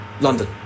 London